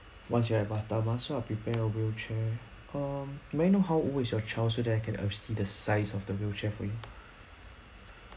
once you're at batam ah so I'll prepare a wheelchair um may I know how old is your child so then I can see the size of the wheelchair for you